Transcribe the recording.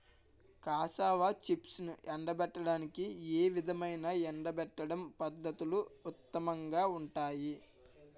Cassava చిప్స్ను ఎండబెట్టడానికి ఏ విధమైన ఎండబెట్టడం పద్ధతులు ఉత్తమంగా ఉంటాయి?